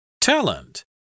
Talent